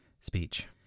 speech